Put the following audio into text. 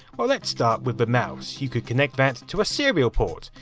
well, let's start with the mouse. you could connect that to a serial port.